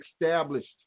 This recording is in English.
established